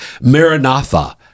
Maranatha